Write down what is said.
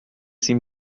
sie